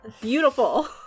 beautiful